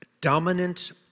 dominant